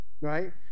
right